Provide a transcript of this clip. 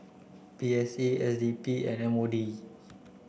P S A S D P M O D